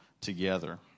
together